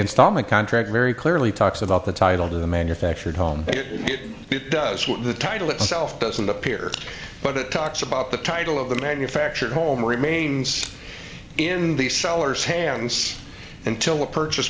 installment contract very clearly talks about the title to the manufactured home it does what the title itself doesn't appear but it talks about the title of the manufactured home remains in the seller's hands until the purchase